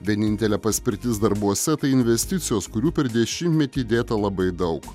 vienintelė paspirtis darbuose tai investicijos kurių per dešimtmetį įdėta labai daug